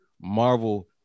Marvel